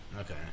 Okay